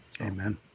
Amen